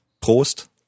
Prost